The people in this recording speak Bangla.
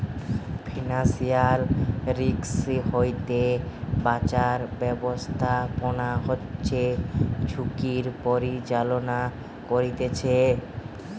ফিনান্সিয়াল রিস্ক হইতে বাঁচার ব্যাবস্থাপনা হচ্ছে ঝুঁকির পরিচালনা করতিছে